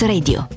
Radio